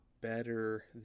better